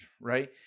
Right